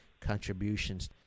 contributions